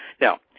Now